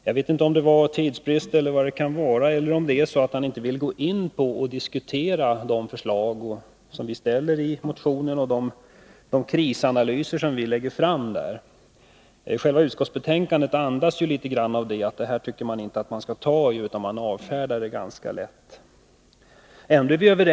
Jag vet inte om det beror på tidsbrist eller om det är så att han inte vill gå in på en diskussion om de förslag som vi lägger fram i motionen och om de krisanalyser som vi presenterar där. Utskottsbetänkandet andas i viss mån att det är något som man inte skall beröra. I stället avfärdar man våra argument på ett ganska lättvindigt sätt.